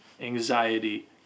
anxiety